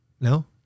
No